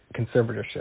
conservatorship